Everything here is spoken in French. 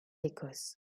écosse